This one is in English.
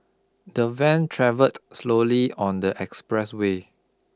the van travelled slowly on the expressway